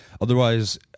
Otherwise